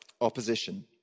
opposition